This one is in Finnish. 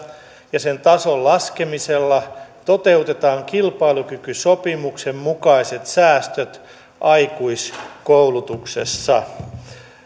ja sen tason laskemisella toteutetaan kilpailukykysopimuksen mukaiset säästöt aikuiskoulutuksessa